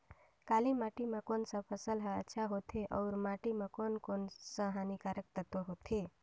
काली माटी मां कोन सा फसल ह अच्छा होथे अउर माटी म कोन कोन स हानिकारक तत्व होथे?